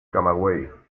camagüey